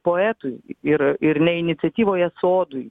poetui ir ir ne iniciatyvoje sodui